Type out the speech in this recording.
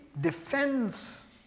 defends